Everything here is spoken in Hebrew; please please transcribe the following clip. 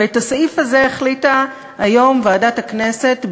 ואת הסעיף הזה החליטה היום ועדת הכנסת,